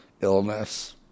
illness